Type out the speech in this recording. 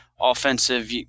offensive